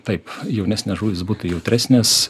taip jaunesnės žuvys būtų jautresnės